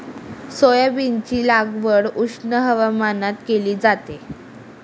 सोयाबीनची लागवड उष्ण हवामानात केली जाते